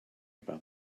about